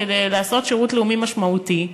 כדי לעשות שירות לאומי משמעותי.